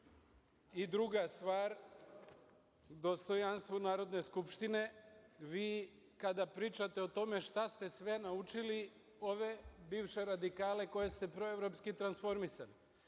stvar, dostojanstvo Narodne skupštine. Vi kada pričate o tome šta ste sve naučili ove bivše radikale koje ste proevropski transformisali,